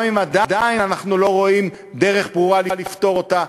אם עדיין אנחנו לא רואים דרך ברורה לפתור אותה.